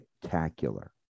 spectacular